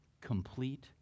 complete